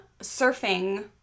surfing